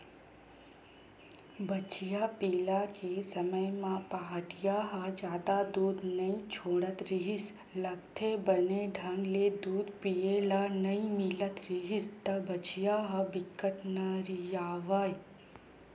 बछिया पिला के समे म पहाटिया ह जादा दूद नइ छोड़त रिहिस लागथे, बने ढंग ले दूद पिए ल नइ मिलत रिहिस त बछिया ह बिकट नरियावय